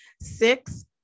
Six